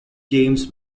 james